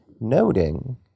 noting